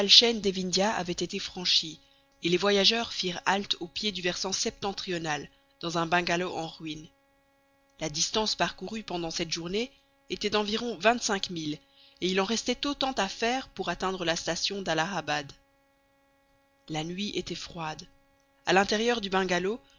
avait été franchie et les voyageurs firent halte au pied du versant septentrional dans un bungalow en ruine la distance parcourue pendant cette journée était d'environ vingt-cinq milles et il en restait autant à faire pour atteindre la station d'allahabad la nuit était froide a l'intérieur du bungalow